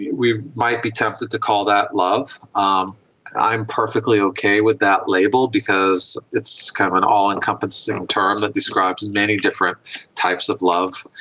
we might be tempted to call that love. um i'm perfectly okay with that label because it's kind of an all-encompassing term that describes many different types of love,